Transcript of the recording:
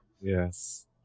Yes